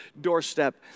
doorstep